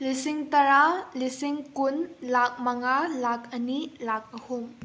ꯂꯤꯁꯤꯡ ꯇꯔꯥ ꯂꯤꯁꯤꯡ ꯀꯨꯟ ꯂꯥꯛ ꯃꯉꯥ ꯂꯥꯛ ꯑꯅꯤ ꯂꯥꯛ ꯑꯍꯨꯝ